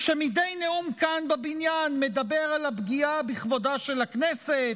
שמדי נאום כאן בבניין מדבר על הפגיעה בכבודה של הכנסת,